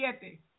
siete